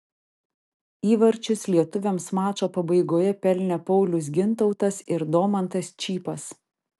įvarčius lietuviams mačo pabaigoje pelnė paulius gintautas ir domantas čypas